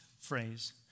phrase